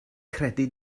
credu